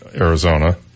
Arizona